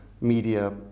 media